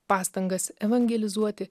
pastangas evangelizuoti